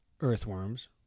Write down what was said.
earthworms